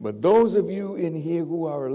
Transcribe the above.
but those of you in here who are a